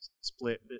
split